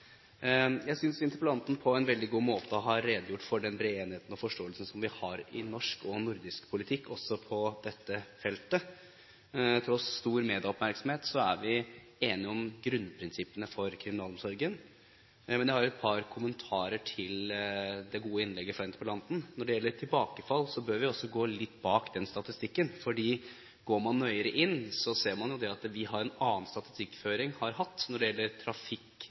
Jeg synes interpellanten på en veldig god måte har redegjort for den brede enigheten og forståelsen som vi har i norsk og nordisk politikk også på dette feltet. Tross stor medieoppmerksomhet er vi enige om grunnprinsippene for kriminalomsorgen. Men jeg har et par kommentarer til det gode innlegget fra interpellanten. Når det gjelder tilbakefall, bør vi også gå litt bak den statistikken. Går man nøyere inn, ser man at vi har hatt en annen statistikkføring når det gjelder trafikkriminalitet, enn man f.eks. har i Sverige. Siden det